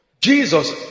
Jesus